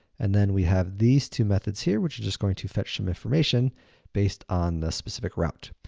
and then we have these two methods here, which are just going to fetch some information based on the specific route.